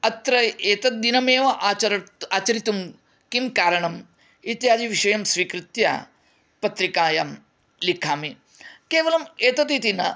अत्र एतत् दिनम् एव आचर आचरितुं किं कारणम् इत्यादि विषयं स्वीकृत्य पत्रिकायां लिखामि केवलम् एतदिति न